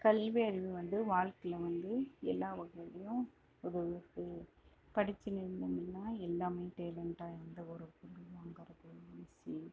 கல்வி அறிவு வந்து வாழ்க்கையில் வந்து எல்லா ஒரு எப்படி படிச்சுன்னுருந்திங்கன்னா எல்லாமே டேலெண்ட்டாக எந்த ஒரு பொருள் வாங்கிறதும் ஈசி